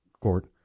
court